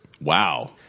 Wow